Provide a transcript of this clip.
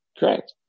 correct